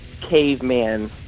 caveman